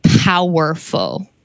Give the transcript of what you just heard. powerful